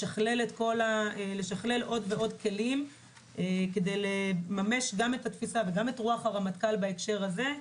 לשכלל עוד ועוד כלים כדי לממש גם את התפיסה וגם רוח הרמטכ"ל בהקשר הזה.